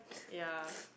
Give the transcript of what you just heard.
ya